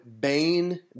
Bane